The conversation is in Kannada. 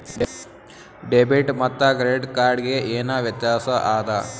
ಡೆಬಿಟ್ ಮತ್ತ ಕ್ರೆಡಿಟ್ ಕಾರ್ಡ್ ಗೆ ಏನ ವ್ಯತ್ಯಾಸ ಆದ?